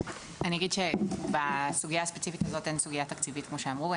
אני אגיד שבסוגיה הספציפית הזאת אין סוגיה תקציבית כמו שאמרו,